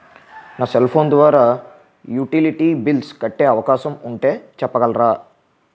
నా cell phone ద్వారా utility bills కట్టే అవకాశం ఉంటే చెప్పగలరా?